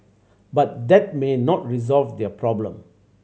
but that may not resolve their problem